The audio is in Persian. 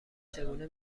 چگونه